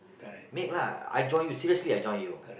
make lah I join you seriously I join you